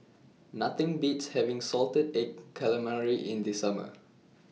Nothing Beats having Salted Egg Calamari in The Summer